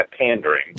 pandering